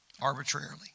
arbitrarily